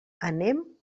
anem